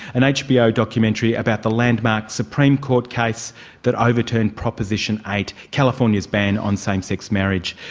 an hbo documentary about the landmark supreme court case that overturned proposition eight, california's ban on same-sex marriage.